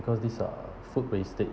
because these are food wastage